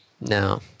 No